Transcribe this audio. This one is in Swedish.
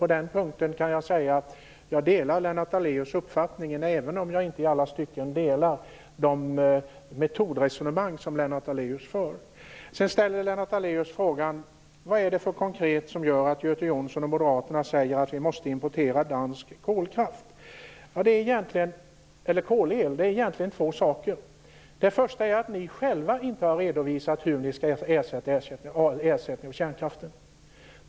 På den punkten delar jag Lennart Daléus uppfattning, även om jag inte i alla stycken instämmer i de metodresonemang som Lennart Daléus för. Lennart Daléus frågade vad det konkret är som gör att Göte Jonsson och moderaterna säger att vi måste importera dansk kolel. Det är egentligen två saker. Det första är att ni själva inte har redovisat hur ni skall ersätta kärnkraften.